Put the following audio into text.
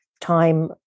time